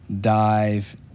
dive